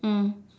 mm